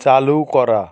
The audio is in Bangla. চালু করা